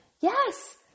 Yes